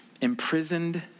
imprisoned